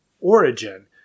origin